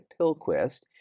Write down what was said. Pilquist